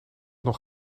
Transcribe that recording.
nog